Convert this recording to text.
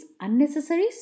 unnecessary